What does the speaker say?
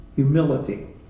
Humility